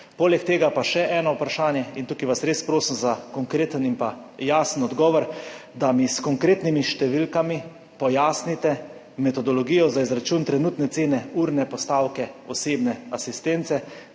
Poleg tega pa še eno vprašanje, in tukaj vas res prosim za konkreten in jasen odgovor: Ali mi lahko s konkretnimi številkami pojasnite metodologijo za izračun trenutne cene urne postavke osebne asistence?